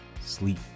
sleep